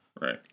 Right